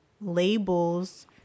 Labels